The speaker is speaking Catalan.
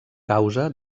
causa